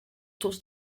tros